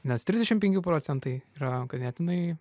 nes trisdešim penkių procentai yra ganėtinai